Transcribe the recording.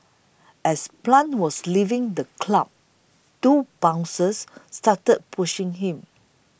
as Plant was leaving the club two bouncers started pushing him